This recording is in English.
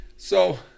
So-